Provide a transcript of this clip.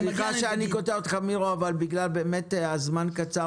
סליחה שאני קוטע אותך אבל בגלל שהזמן קצר,